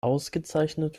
ausgezeichnet